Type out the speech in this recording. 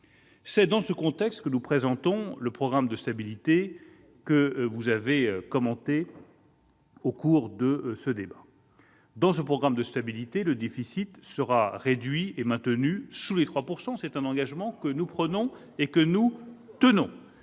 C'est dans ce contexte que nous présentons le programme de stabilité que vous avez commenté au cours de ce débat. Le déficit sera réduit et maintenu sous les 3 %, c'est un engagement que nous prenons et que nous tenons.